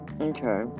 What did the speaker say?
okay